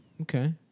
Okay